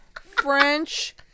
French